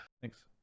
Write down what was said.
Thanks